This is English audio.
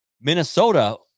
Minnesota